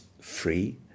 free